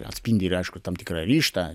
atspindi ir aišku tam tikrą ryžtą